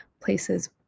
places